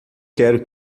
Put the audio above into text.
quero